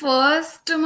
First